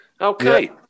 Okay